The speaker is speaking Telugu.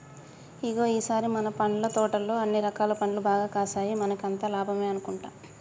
ఇగో ఈ సారి మన పండ్ల తోటలో అన్ని రకాల పండ్లు బాగా కాసాయి మనకి అంతా లాభమే అనుకుంటా